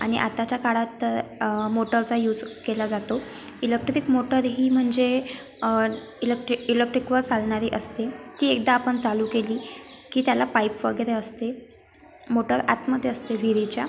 आणि आताच्या काळात मोटरचा युज केला जातो इलक्ट्रिक मोटर ही म्हणजे इलक्टी इलक्टिकवर चालणारी असते ती एकदा आपण चालू केली की त्याला पाईप वगैरे असते मोटर आतमध्ये असते विहिरीच्या